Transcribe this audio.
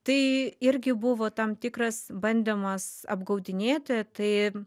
tai irgi buvo tam tikras bandymas apgaudinėti tai